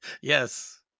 yes